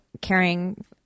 carrying